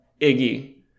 Iggy